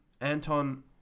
Anton